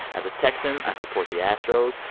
as a texan, i support the astros.